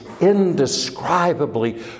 indescribably